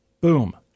Boom